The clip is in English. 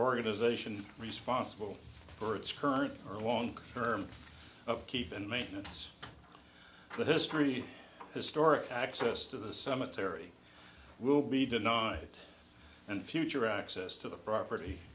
organization responsible for its current or long term upkeep and maintenance the history historic access to the cemetery will be denied and future access to the property